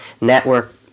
network